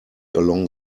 along